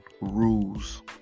rules